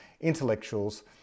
intellectuals